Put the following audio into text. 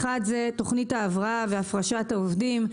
האחת, תוכנית ההבראה והפרשת העובדים.